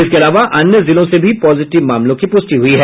इसके अलावा अन्य जिलों से भी पॉजिटिव मामलों की पुष्टि हुई है